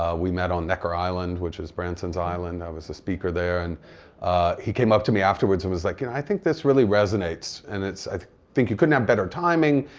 ah we met on nekker island which is branson's island. i was a speaker there. and he came up to me afterwards and was like, and i think this really resonates and i think you couldn't have better timing,